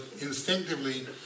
instinctively